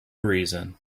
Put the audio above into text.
reason